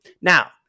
now